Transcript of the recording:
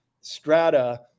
strata